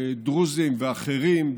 דרוזים ואחרים,